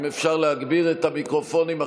אם אפשר להגביר את המיקרופונים.